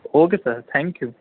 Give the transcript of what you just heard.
okay sir thank you